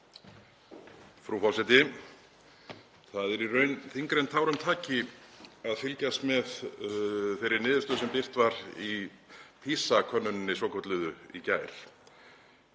Frú forseti. Það er í raun þyngra en tárum taki að fylgjast með þeirri niðurstöðu sem birt var í PISA-könnuninni svokölluðu í gær.